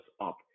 up